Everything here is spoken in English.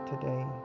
today